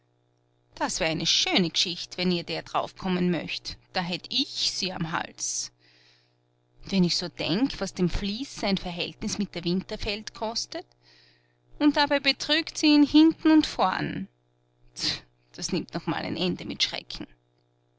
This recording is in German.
das wär eine schöne g'schicht wenn ihr der draufkommen möcht da hätt ich sie am hals wenn ich so denk was dem fließ sein verhältnis mit der winterfeld kostet und dabei betrügt sie ihn hinten und vorn das nimmt noch einmal ein ende mit schrecken